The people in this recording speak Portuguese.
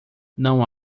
não